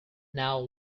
now